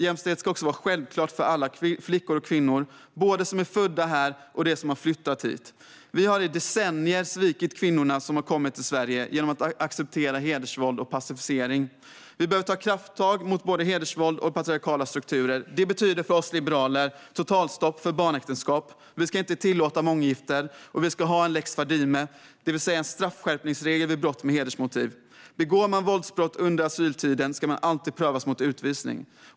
Jämställdheten ska vara självklar för alla flickor och kvinnor - både de som är födda här och de som har flyttat hit. Vi har i decennier svikit kvinnorna som kommit till Sverige genom att acceptera hedersvåld och passivisering. Vi behöver ta krafttag mot både hedersvåld och patriarkala strukturer. Det betyder för oss liberaler totalstopp för barnäktenskap. Vi ska inte tillåta månggifte, och vi ska ha en lex Fadime, det vill säga en straffskärpningsregel vid brott med hedersmotiv. Om man begår våldsbrott under asyltiden ska man alltid prövas mot utvisning.